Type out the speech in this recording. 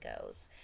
goes